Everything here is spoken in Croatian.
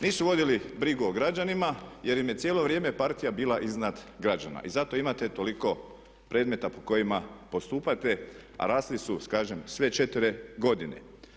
Nisu vodili brigu o građanima, jer im je cijelo vrijeme partija bila iznad građana i zato imate toliko predmeta po kojima postupate, a rasli su kažem sve četiri godine.